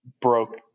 broke